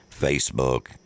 Facebook